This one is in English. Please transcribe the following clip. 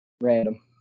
Random